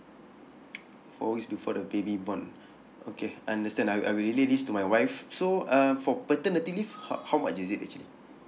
four weeks before the baby born okay I understand I I will relay this to my wife so uh for paternity leave how how much is it actually